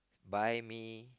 by me